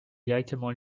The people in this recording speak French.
directement